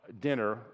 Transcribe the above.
dinner